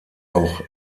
auch